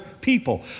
people